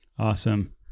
Awesome